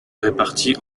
répartis